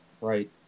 Right